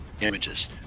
images